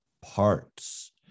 parts